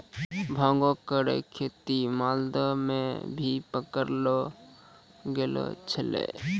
भांगो केरो खेती मालदा म भी पकड़लो गेलो छेलय